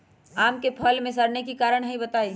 आम क फल म सरने कि कारण हई बताई?